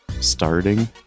starting